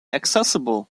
accessible